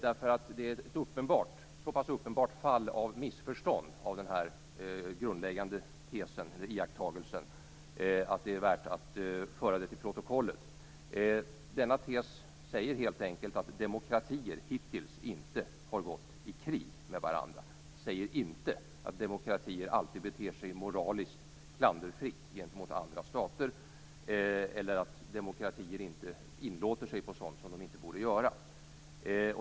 Det är nämligen ett uppenbart fall av missförstånd av denna grundläggande tes eller iakttagelse. Och det är värt att föra det till protokollet. Denna tes säger helt enkelt att demokratier hittills inte har gått i krig med varandra. Den säger inte att demokratier alltid beter sig moraliskt klanderfritt gentemot andra stater eller att demokratier inte inlåter sig på sådant som de inte borde göra.